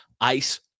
ice